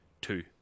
two